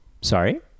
Sorry